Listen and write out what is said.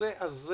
הנושא הזה